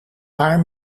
paar